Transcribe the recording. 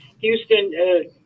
Houston